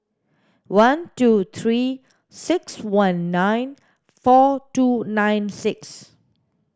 one two three six one nine four two nine six